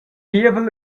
pievel